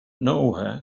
nowhere